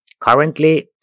Currently